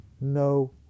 no